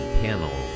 panel